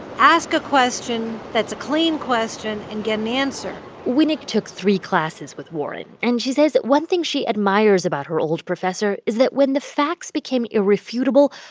ask a question that's a clean question, and get an answer winick took three classes with warren, and she says one thing she admires about her old professor is that when the facts became irrefutable,